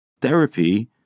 Therapy